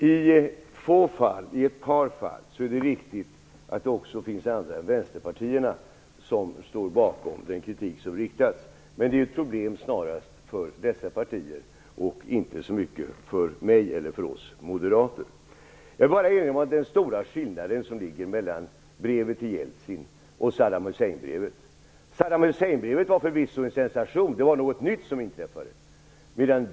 Herr talman! I ett par fall är det riktigt att det också finns andra partier än vänsterpartierna som står bakom kritiken. Men det är snarast ett problem för dessa partier och inte så mycket för mig eller för oss moderater. Jag vill bara erinra om skillnaden mellan brevet till Jeltsin och till Saddam Hussein. Brevet till Saddam Hussein var förvisso en sensation. Det var något nytt som inträffade.